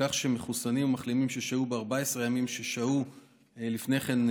כך שמחוסנים ומחלימים ששהו ב-14 הימים לפני כן,